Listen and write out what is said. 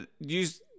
use